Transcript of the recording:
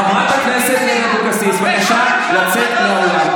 חברת הכנסת לוי אבקסיס, בבקשה לצאת מהאולם.